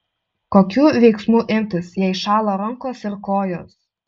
kokių veiksmų imtis jei šąla rankos ir kojos